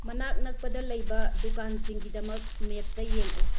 ꯃꯅꯥꯛ ꯅꯛꯄꯗ ꯂꯩꯕ ꯗꯨꯀꯥꯟꯁꯤꯡꯒꯤꯗꯃꯛ ꯃꯦꯞꯇ ꯌꯦꯡꯎ